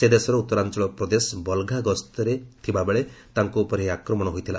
ସେ ଦେଶର ଉତ୍ତରାଞ୍ଚଳ ପ୍ରଦେଶ ବଲ୍ଘା ଗସ୍ତରେ ଥିବାବେଳେ ତାଙ୍କ ଉପରେ ଏହି ଆକ୍ରମଣ ହୋଇଥିଲା